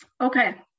Okay